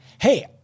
Hey